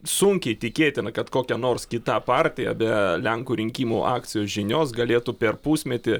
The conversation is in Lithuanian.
sunkiai tikėtina kad kokia nors kita partija be lenkų rinkimų akcijos žinios galėtų per pusmetį